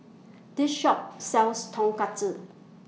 This Shop sells Tonkatsu